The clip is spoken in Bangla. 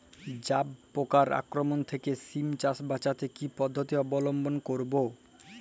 জাব পোকার আক্রমণ থেকে সিম চাষ বাচাতে কি পদ্ধতি অবলম্বন করব?